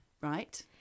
right